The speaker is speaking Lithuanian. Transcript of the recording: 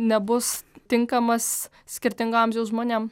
nebus tinkamas skirtingo amžiaus žmonėm